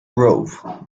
grove